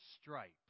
stripes